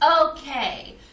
okay